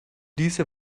diese